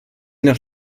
nach